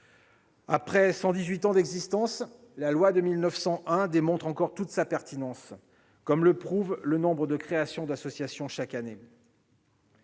Après 118 ans d'existence, la loi de 1901 démontre encore toute sa pertinence, comme le prouve le nombre de créations d'associations chaque année.